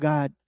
God